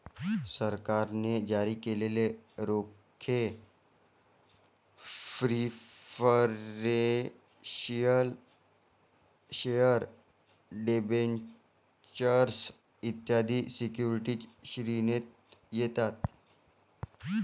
सरकारने जारी केलेले रोखे प्रिफरेंशियल शेअर डिबेंचर्स इत्यादी सिक्युरिटीजच्या श्रेणीत येतात